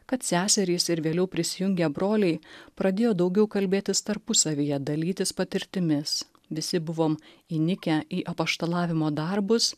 kad seserys ir vėliau prisijungę broliai pradėjo daugiau kalbėtis tarpusavyje dalytis patirtimis visi buvom įnikę į apaštalavimo darbus